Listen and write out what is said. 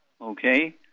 okay